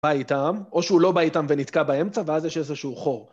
בא איתם או שהוא לא בא איתם ונתקע באמצע ואז יש איזשהו חור